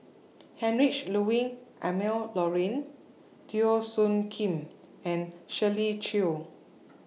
Heinrich Ludwig Emil Luering Teo Soon Kim and Shirley Chew